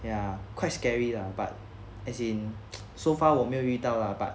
ya quite scary lah but as in so far 我没有遇到 lah but